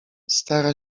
stara